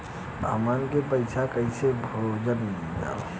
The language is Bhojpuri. हमन के पईसा कइसे भेजल जाला?